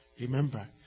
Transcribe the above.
remember